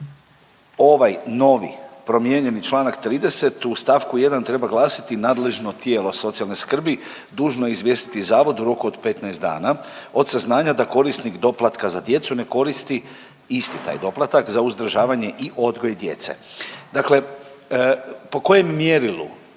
ovaj novi promijenjeni čl. 30. u st. 1. treba glasiti nadležno tijelo socijalne skrbi dužno je izvijestiti zavod u roku od 15 dana od saznanja da korisnik doplatka za djecu ne koristi isti taj doplatak za uzdržavanje i odgoj djece. Dakle, po kojem mjerilu,